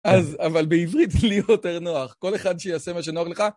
אז, אבל בעברית לי יותר נוח. כל אחד שיעשה מה שנוח לך.